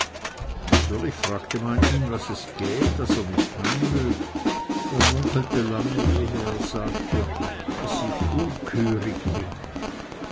natürlich fragte man ihn was es de gäb daß er nit hei mög er munkelte lange ehe er sagte es syg